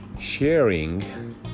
sharing